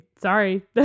sorry